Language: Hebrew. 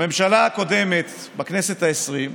הממשלה הקודמת, בכנסת העשרים,